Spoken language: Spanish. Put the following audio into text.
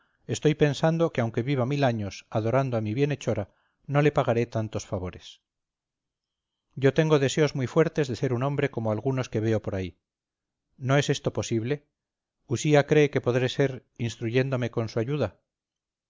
estoy pensando que aunque viva mil años adorando a mi bienhechora no le pagaré tantos favores yo tengo deseos muy fuertes de ser un hombre como algunos que veo por ahí no es esto posible usía cree que podré ser instruyéndome con su ayuda